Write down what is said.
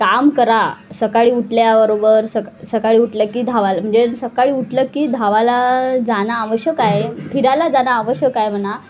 काम करा सकाळी उठल्याबरोबर सका सकाळी उठलं की धावायला म्हणजे सकाळी उठलं की धावायला जाणं आवश्यक आहे फिरायला जाणं आवश्यक आहे म्हणा